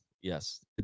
Yes